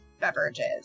beverages